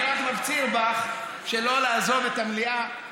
אני רק מפציר בך שלא לעזוב המליאה